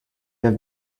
have